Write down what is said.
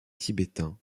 tibétain